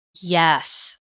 Yes